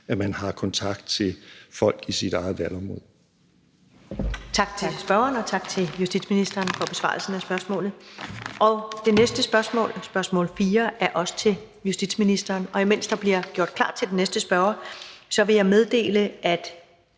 13:23 Første næstformand (Karen Ellemann): Tak til spørgeren, og tak til justitsministeren for besvarelsen af spørgsmålet. Det næste spørgsmål, spørgsmål nr. 4, er også til justitsministeren, og imens der bliver gjort klar til den næste spørger, vil jeg meddele, at